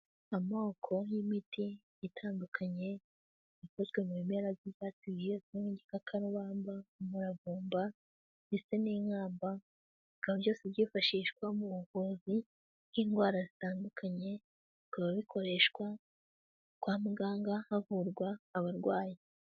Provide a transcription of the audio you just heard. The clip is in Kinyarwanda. Amoko y'imiti itandukanye ikozwe mu bimera by'ibyatsi bizwi nk'igikakarubamba, umuravumba ndetse n'inkamba, bikaba byose byifashishwa mu buvuzi bw'indwara zitandukanye, bikaba bikoreshwa kwa muganga havurwa abarwayi.